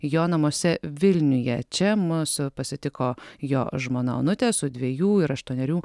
jo namuose vilniuje čia mus pasitiko jo žmona onutė su dviejų ir aštuonerių